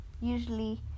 usually